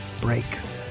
break